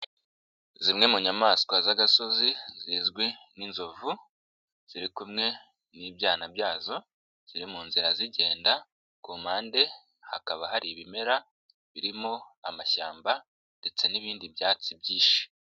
Zimwe mu nyamaswa z'agasozi, zizwi nk'inzovu, ziri kumwe n'ibyana byazo, ziri mu nzira zigenda, kumpande hakaba hari ibimera, birimo amashyamba ndetse n'ibindi byatsi byinshi.